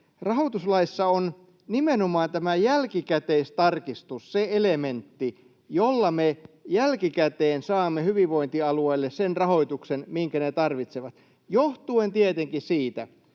myöntänyt — on nimenomaan tämä jälkikäteistarkistus se elementti, jolla me jälkikäteen saamme hyvinvointialueille sen rahoituksen, minkä ne tarvitsevat, johtuen tietenkin siitä,